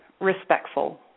respectful